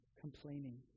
complaining